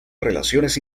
relaciones